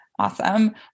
Awesome